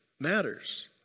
matters